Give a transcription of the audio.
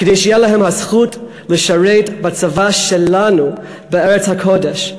כדי שתהיה להם הזכות לשרת בצבא שלנו בארץ הקודש.